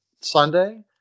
Sunday